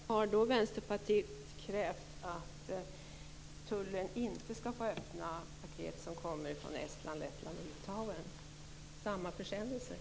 Fru talman! Då undrar jag: Har Vänsterpartiet krävt att tullen inte skall få öppna paket som kommer från Estland, Lettland eller Litauen - samma försändelser?